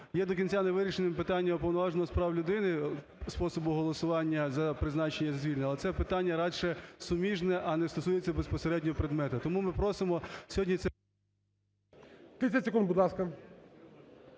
Є до кінця не вирішеним питання Уповноваженого з прав людини, способу голосування за призначення і звільнення, але це питання радше суміжне, а не стосується безпосереднього предмета. Тому ми просимо сьогодні